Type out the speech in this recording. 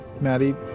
Maddie